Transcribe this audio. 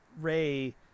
Ray